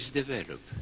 develop